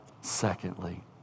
secondly